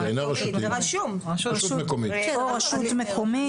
או רשות מקומית.